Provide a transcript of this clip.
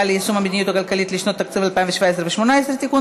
ליישום המדיניות הכלכלית לשנות התקציב 2017 ו-2018) (תיקון,